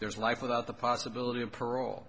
there's life without the possibility of parole